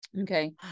okay